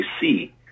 see